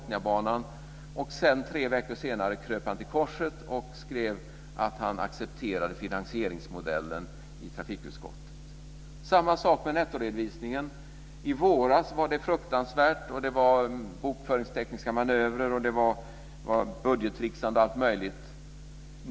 Tre veckor senare kröp han till korset och skrev att han accepterade finansieringsmodellen i trafikutskottet. Samma sak med nettoredovisningen. I våras var det fruktansvärt. Det var bokföringstekniska manövrer, budgettricksande och allt möjligt.